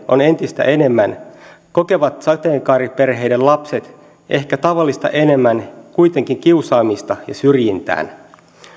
on entistä enemmän kokevat sateenkaariperheiden lapset ehkä tavallista enemmän kuitenkin kiusaamista ja syrjintää